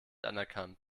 anerkannt